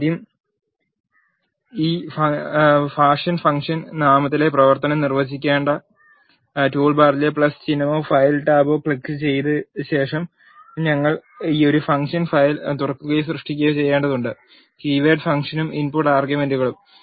ആദ്യം ഈ fashion function നാമത്തിലെ പ്രവർത്തനം നിർവചിക്കേണ്ട ടൂൾബാറിലെ ചിഹ്നമോ ഫയൽ ടാബോ ക്ലിക്കുചെയ്ത് ഞങ്ങൾ ഒരു ഫംഗ്ഷൻ ഫയൽ തുറക്കുകയോ സൃഷ്ടിക്കുകയോ ചെയ്യേണ്ടതുണ്ട് കീവേഡ് ഫംഗ്ഷനും ഇൻപുട്ട് ആർഗ്യുമെന്റുകളും